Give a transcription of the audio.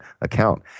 account